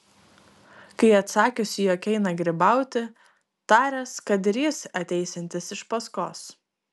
kai atsakiusi jog eina grybauti taręs kad ir jis ateisiantis iš paskos